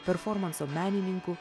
performanso menininku